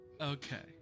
Okay